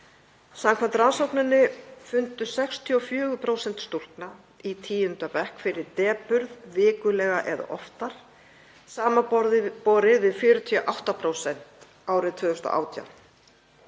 Samkvæmt rannsókninni fundu 64% stúlkna í tíunda bekk fyrir depurð vikulega eða oftar samanborið við 48% árið 2018.